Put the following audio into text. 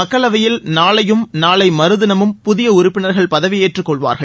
மக்களவையில் நாளையும் நாளை மறுதினமும் புதிய உறுப்பினர்கள் பதவியேற்றுக் கொள்வார்கள்